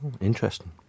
Interesting